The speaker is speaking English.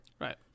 Right